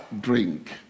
drink